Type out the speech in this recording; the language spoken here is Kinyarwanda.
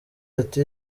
ati